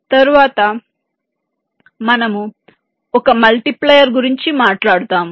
తరువాత మనము ఒక గుణకం గురించి మాట్లాడుతాము